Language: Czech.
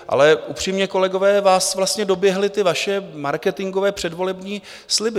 Ale upřímně, kolegové, vás vlastně doběhly ty vaše marketingové předvolební sliby.